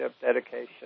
dedication